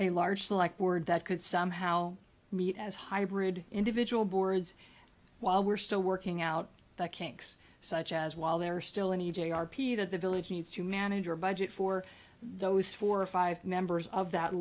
a large select word that could somehow meet as hybrid individual boards while we're still working out the kinks such as while they're still in e j arpita the village needs to manage your budget for those four or five members of that